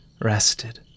rested